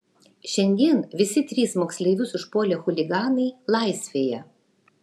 šiandien visi trys moksleivius užpuolę chuliganai laisvėje